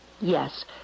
Yes